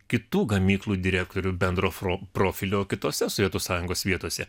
kitų gamyklų direktorių bendro fro profilio kitose sovietų sąjungos vietose